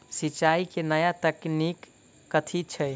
सिंचाई केँ नया तकनीक कथी छै?